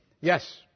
Yes